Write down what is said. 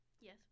Yes